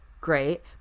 Great